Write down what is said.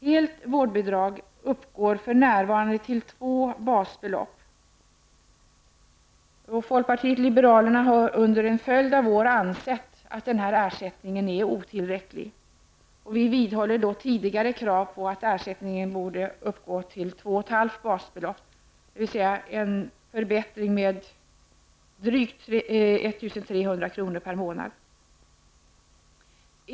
Helt vårdbidrag uppgår för närvarande till två basbelopp. Folkpartiet liberalerna har under en följd av år ansett att denna ersättning är otillräcklig. Vi vidhåller tidigare krav att ersättningen borde uppgå till 2,5 basbelopp, dvs. en förbättring med drygt 1 300 kr. i månaden.